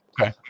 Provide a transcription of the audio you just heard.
Okay